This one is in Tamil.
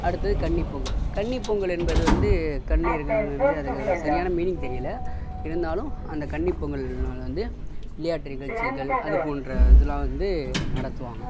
அடுத்தது கன்னி பொங்கல் கன்னி பொங்கல் என்பது வந்து கன்னியர்கள் வந்து அதுக்கான சரியான மீனிங் தெரியலை இருந்தாலும் அந்த கன்னி பொங்கல் நாள் வந்து விளையாட்டு நிகழ்ச்சிகள் அது போன்ற இதெலாம் வந்து நடத்துவாங்க